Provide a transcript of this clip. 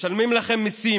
משלמים לכם מיסים,